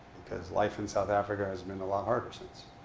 because life in south africa has been a lot harder since